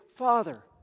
Father